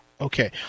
Okay